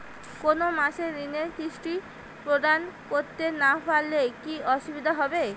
কোনো মাসে ঋণের কিস্তি প্রদান করতে না পারলে কি অসুবিধা হবে?